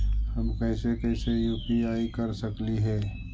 हम कैसे कैसे यु.पी.आई कर सकली हे?